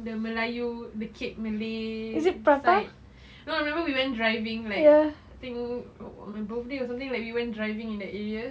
the melayu the cake malay site no remember we went driving like I think on my birthday or something we went driving in that area